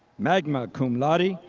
magna cum laude,